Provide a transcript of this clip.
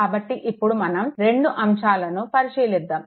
కాబట్టి ఇప్పుడు మనం 2 అంశాలను పరిశీలిద్దాము